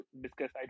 discuss